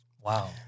wow